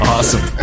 Awesome